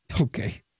Okay